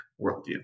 worldview